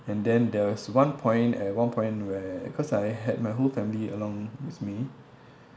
and then there was one point at one point where cause I had my whole family along with me